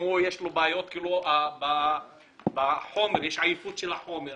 אם יש בו בעיות של עייפות החומר,